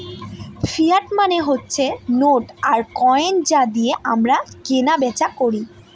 fiat মানে হচ্ছে note আর কয়েন যা দিয়ে আমরা কেনা বেচা করি